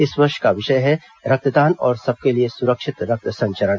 इस वर्ष का विषय है रक्त दान और सबके लिए सुरक्षित रक्त संचरण